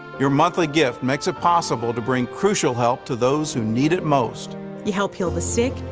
your monthly gift makes it possible to bring crucial help to those who need it most. you help heal the sick,